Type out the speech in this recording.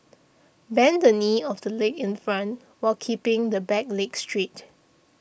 bend the knee of the leg in front while keeping the back leg straight